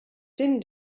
din